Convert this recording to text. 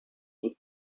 with